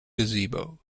gazebo